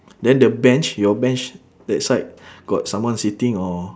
then the bench your bench that side got someone sitting or